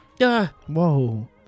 Whoa